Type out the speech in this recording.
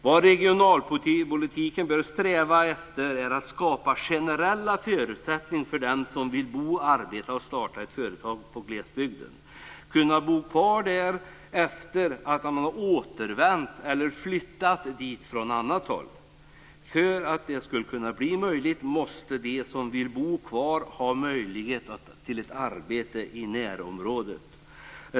Vad man bör sträva efter i regionalpolitiken är att skapa generella förutsättningar för att den som vill bo, arbeta och starta ett företag i glesbygden ska kunna göra det och bo kvar där efter att han har återvänt dit eller flyttat dit från annat håll. För att det ska kunna bli möjligt måste de som vill bo kvar ha möjlighet till ett arbete i närområdet.